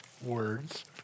words